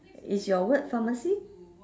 is your word pharmacy